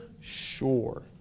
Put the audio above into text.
Sure